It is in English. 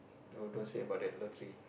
oh don't say about that lottery